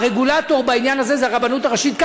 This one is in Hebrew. הרגולטור בעניין הזה זה הרבנות הראשית.